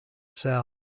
south